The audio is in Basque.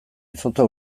izotza